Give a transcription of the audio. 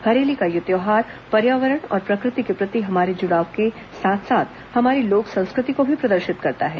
हरेली का यह त्यौहार पर्यावरण और प्रकृति के प्रति हमारे जुड़ाव के साथ साथ हमारी लोक संस्कृति को भी प्रदर्शित करता है